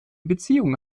beziehung